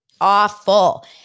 Awful